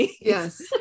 Yes